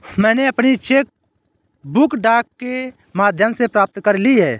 मैनें अपनी cheque book डाक के माध्यम से प्राप्त कर ली है